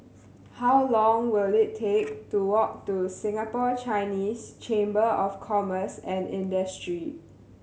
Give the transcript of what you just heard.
how long will it take to walk to Singapore Chinese Chamber of Commerce and Industry